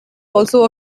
also